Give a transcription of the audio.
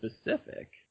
specific